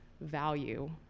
value